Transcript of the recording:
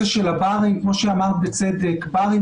בשבוע שעבר הבאנו לוועדה צו שביקש לצמצם את מספר השוהים באירועים.